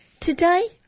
Today